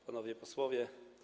Panowie Posłowie!